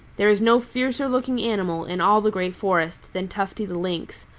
there is no fiercer looking animal in all the green forest than tufty the lynx,